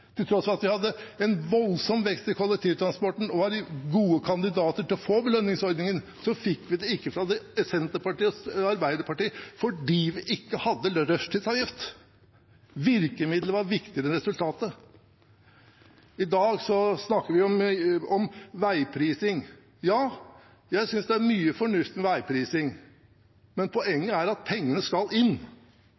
hadde en voldsom vekst i kollektivtransporten og var gode kandidater til å få belønningsordningen, fikk vi det ikke fra Senterpartiet og Arbeiderpartiet fordi vi ikke hadde rushtidsavgift. Virkemiddelet var viktigere enn resultatet. I dag snakker vi om veiprising. Ja, jeg synes det er mye fornuftig med veiprising, men